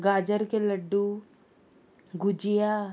गाजर के लड्डू गुजिया